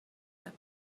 that